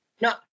No